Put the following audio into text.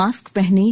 mask पहनें